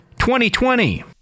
2020